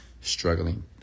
struggling